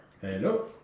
Hello